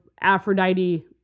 Aphrodite